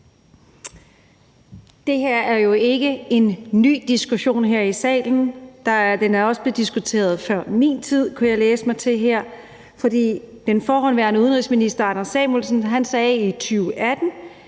Det her er jo ikke en ny diskussion her i salen, diskussionen er også blevet taget før min tid, kunne jeg læse mig til her, for den forhenværende udenrigsminister Anders Samuelsen sagde bl.a. i 2018,